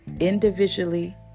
individually